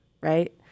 right